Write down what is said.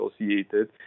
associated